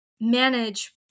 manage